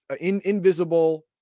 invisible